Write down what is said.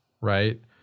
Right